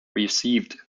received